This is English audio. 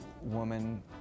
woman